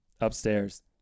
upstairs